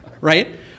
right